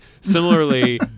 similarly